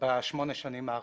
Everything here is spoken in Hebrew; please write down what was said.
בשמונה השנים האחרונות.